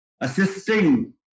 assisting